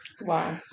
Wow